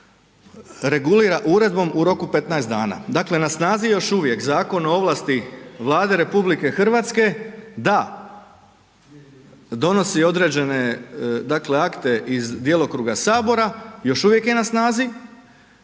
uredbom u roku 15 dana. Dakle, na snazi je još uvijek Zakon o ovlasti Vlade RH da donosi određene dakle akte iz djelokruga sabora, još uvijek je na snazi